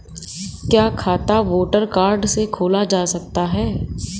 क्या खाता voter card से खोला जा सकता है?